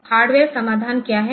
तो हार्डवेयर समाधान क्या है